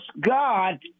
God